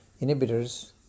inhibitors